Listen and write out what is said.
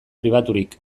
pribaturik